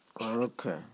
Okay